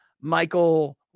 Michael